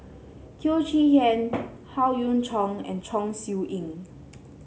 Teo Chee Hean Howe Yoon Chong and Chong Siew Ying